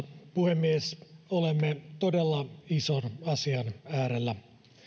puhemies olemme todella ison asian äärellä